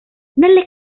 nelle